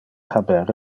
haber